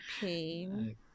pain